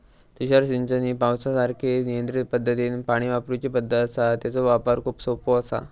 तुषार सिंचन ही पावसासारखीच नियंत्रित पद्धतीनं पाणी वापरूची पद्धत आसा, तेचो वापर खूप सोपो आसा